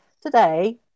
today